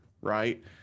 right